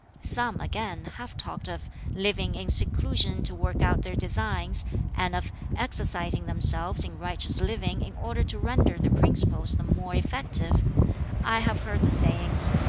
some, again, have talked of living in seclusion to work out their designs and of exercising themselves in righteous living in order to render their principles the more effective i have heard the sayings,